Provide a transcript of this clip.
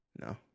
No